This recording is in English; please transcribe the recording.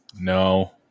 no